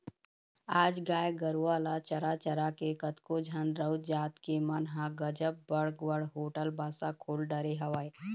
आज गाय गरुवा ल चरा चरा के कतको झन राउत जात के मन ह गजब बड़ बड़ होटल बासा खोल डरे हवय